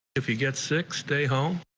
if you get sick stay home.